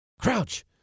Crouch